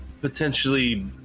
potentially